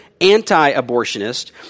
anti-abortionist